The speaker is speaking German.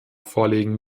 vorlegen